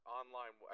online